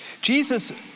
Jesus